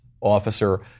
officer